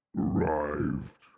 arrived